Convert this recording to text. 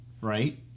right